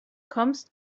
kommst